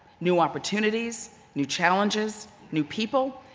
new opportunities, new challenges, new people,